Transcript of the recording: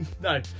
No